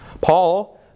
Paul